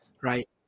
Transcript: Right